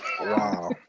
Wow